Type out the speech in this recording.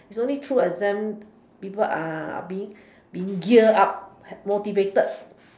is only true exam people are being being gear up motivated